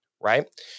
right